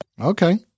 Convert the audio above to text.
Okay